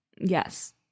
Yes